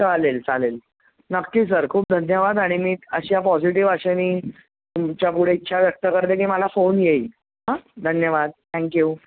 चालेल चालेल नक्की सर खूप धन्यवाद आणि मी अशा पॉझिटिव आशेने तुमच्या पुढे इच्छा व्यक्त करते की मला फोन येईल धन्यवाद थँक्यू